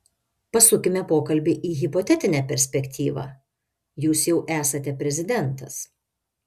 pasukime pokalbį į hipotetinę perspektyvą jūs jau esate prezidentas